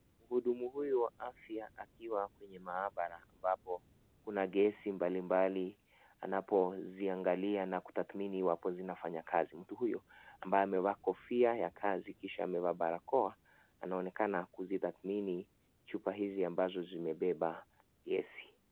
Mhudumu huyu wa afya akiwa kwenye maabala ambapo kuna gesi mbali mbali, anapo ziangalia na kutadhmini iwapo zinafanya kazi. Mtu huyu ambaye amevaa kofia ya kazi kisha amevaa barakoa anaonekana kuzitadhmini chupa hizi ambazo zimebeba gesi.